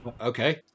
Okay